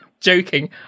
joking